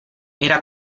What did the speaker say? era